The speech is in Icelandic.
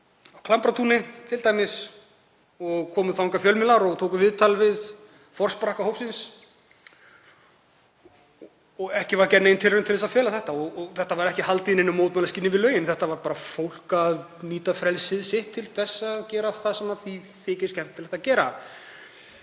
á Klambratúni eða annars staðar, og þangað komu fjölmiðlar og tóku viðtal við forsprakka hópsins. Ekki var gerð nein tilraun til að fela þetta og þetta var ekki haldið í mótmælaskyni við lögin. Þetta var bara fólk að nýta frelsi sitt til þess að gera það sem því þykir skemmtilegt að gera.